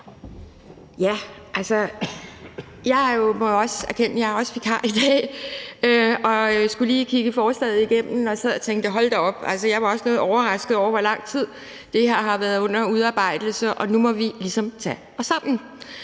jeg må erkende, at jeg også er vikar i dag og lige skulle kigge forslaget igennem og sad og tænkte: Hold da op! Jeg var også noget overrasket over, hvor lang tid det her har været under udarbejdelse. Og nu må vi ligesom tage os sammen.